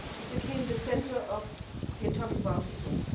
it became the center of the atomic bomb people.